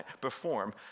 perform